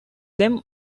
them